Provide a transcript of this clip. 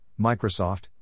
Microsoft